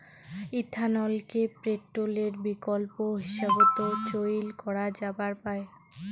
ইথানলকে পেট্রলের বিকল্প হিসাবত চইল করা যাবার পায়